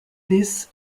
this